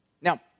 Now